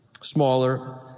smaller